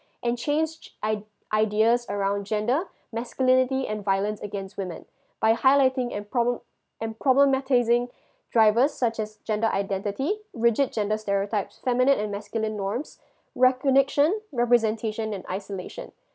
and change i~ ideas around gender masculinity and violence against women by highlighting and problem~ and problematizing drivers such as gender identity rigid gender stereotypes feminine and masculine norms recognition representation and isolation